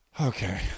Okay